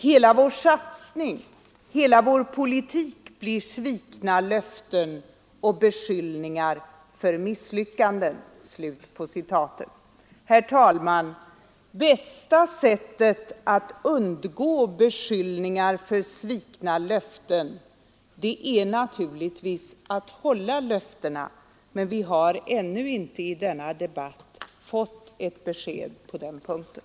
Hela vår satsning, hela vår politik blir svikna löften och beskyllningar för misslyckanden.” Herr talman! Bästa sättet att undgå beskyllningar för svikna löften är naturligtvis att hålla dem. Men vi har ännu inte i denna debatt fått ett besked på den punkten.